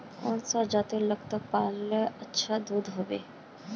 कौन सा जतेर लगते पाल्ले अच्छा दूध होवे?